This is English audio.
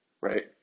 right